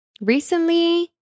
recently